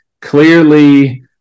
clearly